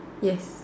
yes